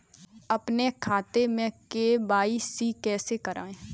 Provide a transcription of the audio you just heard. अपने खाते में के.वाई.सी कैसे कराएँ?